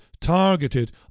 targeted